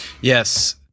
Yes